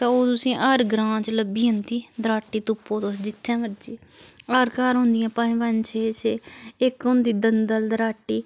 ते ओह् तुसें हर ग्रांऽ लब्भी जंदी दराटी तुप्पो तुस जित्थें मर्ज़ी हर घर होन्दियां पंज पंज छे छे इक होंदी दंडल दराटी